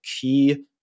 key